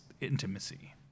intimacy